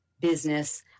business